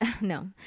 no